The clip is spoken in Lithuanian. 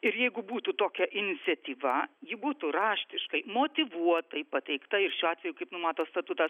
ir jeigu būtų tokia iniciatyva ji būtų raštiškai motyvuotai pateikta ir šiuo atveju kaip numato statutas